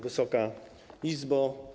Wysoka Izbo!